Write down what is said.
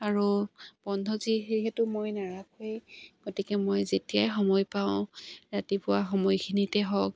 আৰু বন্ধ যিহেতু মই নাৰাখোঁৱেই গতিকে মই যেতিয়াই সময় পাওঁ ৰাতিপুৱা সময়খিনিতে হওক